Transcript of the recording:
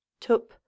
Tup